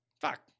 Fuck